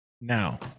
Now